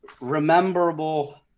rememberable